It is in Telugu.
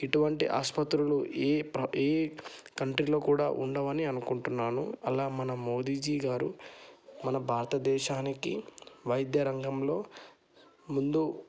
ఇటువంటి ఆస్పత్రులు ఏ ఏ కంట్రీలో కూడా ఉండవని అనుకుంటున్నాను అలా మనం మోడీజీ గారు మన భారతదేశానికి వైద్యరంగంలో ముందు